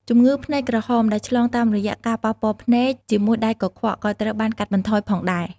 ជំងឺភ្នែកក្រហម ដែលឆ្លងតាមរយៈការប៉ះពាល់ភ្នែកជាមួយដៃកខ្វក់ ក៏ត្រូវបានកាត់បន្ថយផងដែរ។